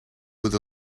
with